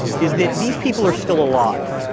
is that these people are still alive.